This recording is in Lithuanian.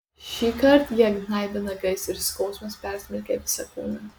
šįkart jie gnaibė nagais ir skausmas persmelkė visą kūną